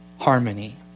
harmony